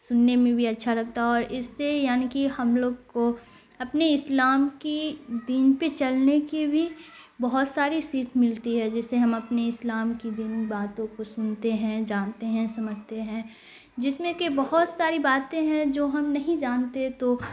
سننے میں بھی اچھا لگتا اور اس سے یعنی کہ ہم لوگ کو اپنے اسلام کی دین پہ چلنے کی بھی بہت ساری سیکھ ملتی ہے جیسے ہم اپنے اسلام کی دین باتوں کو سنتے ہیں جانتے ہیں سمجھتے ہیں جس میں کہ بہت ساری باتیں ہیں جو ہم نہیں جانتے تو